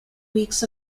weeks